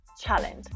Challenge